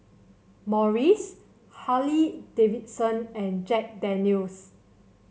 Morries Harley Davidson and Jack Daniel's